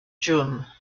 jun